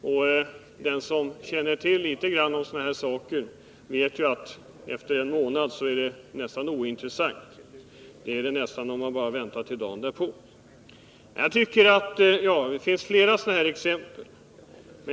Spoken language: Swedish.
Och den som känner till litet grand om sådana här saker vet att efter en månad är det nästan ointressant att göra en kontroll — det kan det faktiskt vara om man bara väntar till dagen efter tillbudet. Det finns flera sådana här exempel.